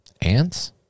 Ants